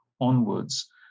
onwards